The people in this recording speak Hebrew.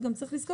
וגם צריך לזכור,